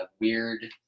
weird